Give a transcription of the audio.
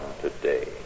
today